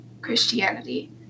Christianity